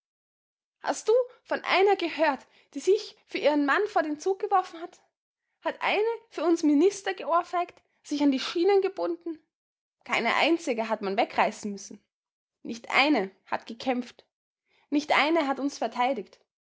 hast du von einer gehört die sich für ihren mann vor den zug geworfen hat hat eine für uns minister geohrfeigt sich an die schienen gebunden keine einzige hat man wegreißen müssen nicht eine hat gekämpft nicht eine hat uns verteidigt